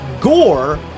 gore